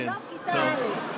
שלום כיתה א', כן.